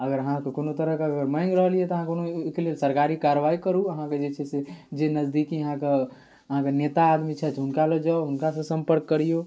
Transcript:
अगर अहाँके कोनो तरहके अगर माँगि रहल अइ तऽ अहाँ ओहिके लेल कोनो सरकारी कार्रवाइ करू अहाँके जे छै से जे नजदीकी अहाँके अहाँके नेता आदमी छथि हुनकालग जाउ हुनकासँ सम्पर्क करिऔ